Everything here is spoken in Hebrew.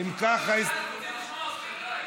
אף אחד?